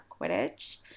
Quidditch